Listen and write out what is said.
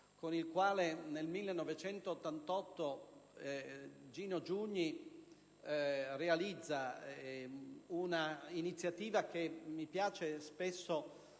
con il quale nel 1988 Gino Giugni realizza un'iniziativa che mi piace spesso